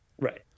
right